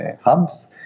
hubs